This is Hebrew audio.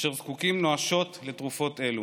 אשר זקוקים נואשות לתרופות אלו.